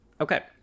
Okay